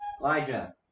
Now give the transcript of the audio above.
Elijah